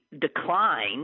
decline